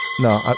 no